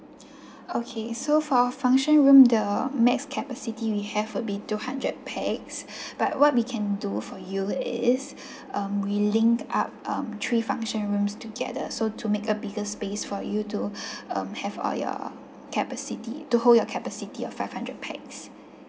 okay so for function room the maximum capacity we have would be two hundred pax but what we can do for you is um we link up um three function rooms together so to make a bigger space for you to um have all your capacity to hold your capacity of five hundred pax